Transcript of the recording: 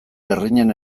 berlinen